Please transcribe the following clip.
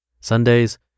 Sundays